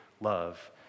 love